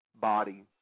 body